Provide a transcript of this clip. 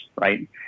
right